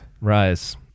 Rise